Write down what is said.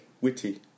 Witty